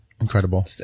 Incredible